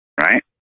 Right